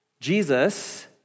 Jesus